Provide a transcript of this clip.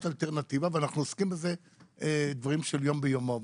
אלטרנטיבה ואנחנו עוסקים בזה דברים של יום ביומו.